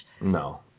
No